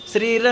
Sri